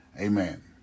Amen